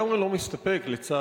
אני לגמרי לא מסתפק בתשובתך,